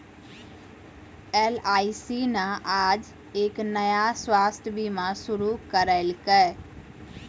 LIC न आज एक नया स्वास्थ्य बीमा शुरू करैलकै